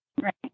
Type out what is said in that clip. Right